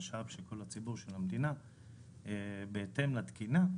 של כל הציבור במדינה בהתאם לתקינה,